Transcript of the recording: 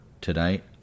tonight